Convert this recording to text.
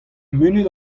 munut